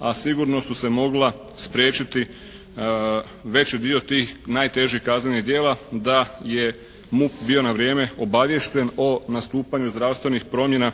a sigurno su se mogla spriječiti veći dio tih najtežih kaznenih djela da je MUP bio na vrijeme obaviješten o nastupanju zdravstvenih promjena